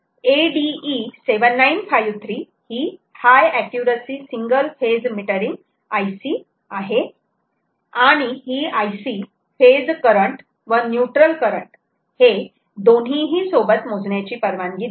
ADE7953 ही high accuracy single phase metering IC आहे आणि ही IC फेज करंट व न्यूट्रल करंट हे दोन्हीही सोबत मोजण्याची परवानगी देते